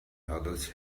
others